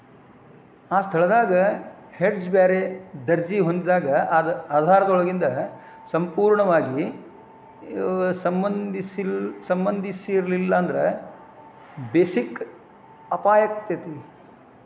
ಆ ಸ್ಥಳದಾಗ್ ಹೆಡ್ಜ್ ಬ್ಯಾರೆ ದರ್ಜಿ ಹೊಂದಿದಾಗ್ ಅದ ಆಧಾರದೊಂದಿಗೆ ಸಂಪೂರ್ಣವಾಗಿ ಸಂಬಂಧಿಸಿರ್ಲಿಲ್ಲಾಂದ್ರ ಬೆಸಿಕ್ ಅಪಾಯಾಕ್ಕತಿ